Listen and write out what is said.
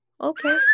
okay